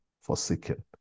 forsaken